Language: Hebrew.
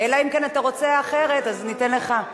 אלא אם כן אתה רוצה אחרת, אז ניתן לך.